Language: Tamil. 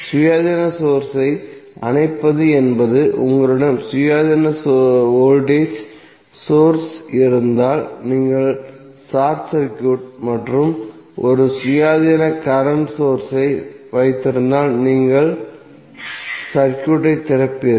சுயாதீன சோர்ஸ் ஐ அணைப்பது என்பது உங்களிடம் சுயாதீன வோல்டேஜ் சோர்ஸ்கள் இருந்தால் நீங்கள் ஷார்ட் சர்க்யூட் மற்றும் ஒரு சுயாதீனமான கரண்ட் சோர்ஸ் ஐ வைத்திருந்தால் நீங்கள் சர்க்யூட்டை திறப்பீர்கள்